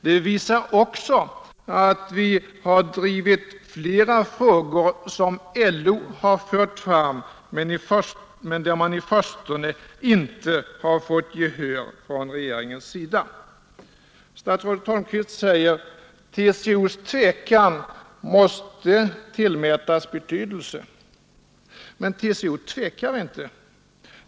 Det visar också att vi har drivit flera frågor som LO har fört fram men där man i förstone inte har fått gehör från regeringens sida. Statsrådet Holmqvist säger att TCO :s tvekan måste tillmätas betydelse. Men TCO tvekar inte.